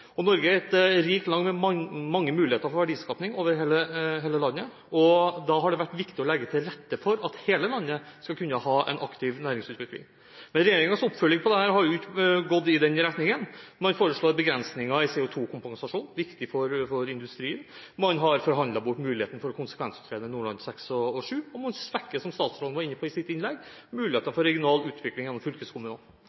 Norge er et rikt land med mange muligheter for verdiskaping over hele landet, og da har det vært viktig å legge til rette for at hele landet skal kunne ha en aktiv næringsutvikling. Men regjeringens oppfølging av dette har ikke gått i den retningen. Man foreslår begrensninger i CO2-kompensasjonen – viktig for industrien – man har forhandlet bort muligheten for å konsekvensutrede Nordland VI og Nordland VII, og man svekker, som statsråden var inne på i sitt innlegg, mulighetene